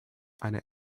eine